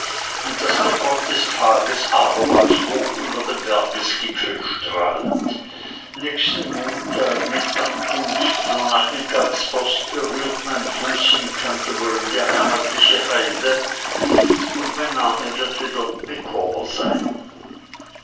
und daß der gott des tages abermals hoch über dem bergesgipfel strahlt nächsten montag mit ankunft der nachmittagpost berührt mein fuß in canterbury die heimatliche heide und mein name wird wieder micawber sein